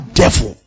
devil